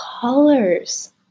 colors